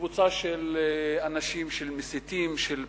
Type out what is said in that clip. קבוצה של מסיתים, של פרובוקטורים,